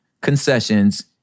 concessions